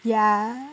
ya